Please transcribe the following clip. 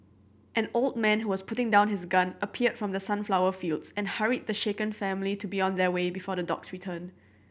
an old man who was putting down his gun appeared from the sunflower fields and hurried the shaken family to be on their way before the dogs return